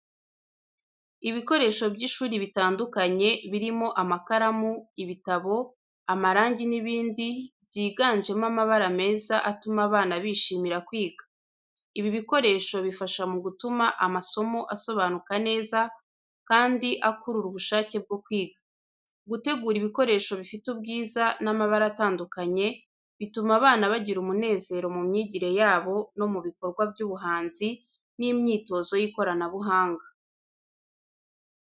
Ibikoresho by’ishuri bitandukanye, birimo amakaramu, ibitabo, amarangi n’ibindi, byiganjemo amabara meza atuma abana bishimira kwiga. Ibi bikoresho bifasha mu gutuma amasomo asobanuka neza, kandi akurura ubushake bwo kwiga. Gutegura ibikoresho bifite ubwiza n’amabara atandukanye bituma abana bagira umunezero mu myigire yabo no mu bikorwa by’ubuhanzi n’imyitozo y’ikoranabuhanga.